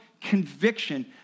conviction